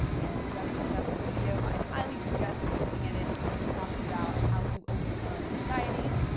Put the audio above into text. and if you haven't checked out that video, i highly suggest looking at it. we talked about how to overcome anxieties,